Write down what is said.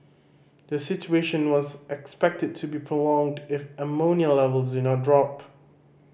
the situation was expected to be prolonged if ammonia levels do not drop